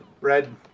Red